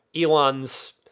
Elon's